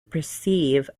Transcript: perceive